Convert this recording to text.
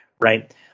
right